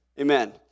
Amen